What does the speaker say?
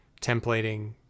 templating